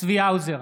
צבי האוזר,